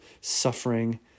suffering